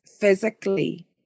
physically